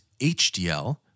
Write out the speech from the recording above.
HDL